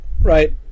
right